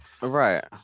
right